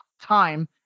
time